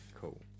Cool